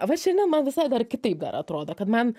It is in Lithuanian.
va šiandien man visai dar kitaip dar atrodo kad man